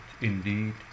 Indeed